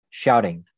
shouting